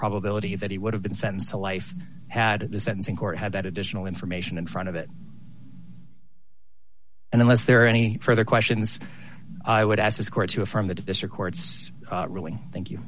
probability that he would have been sentenced to life had the sentencing court had that additional information in front of it and unless there are any further questions i would ask this court to affirm the district court's ruling thank you